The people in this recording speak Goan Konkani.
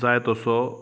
जाय तसो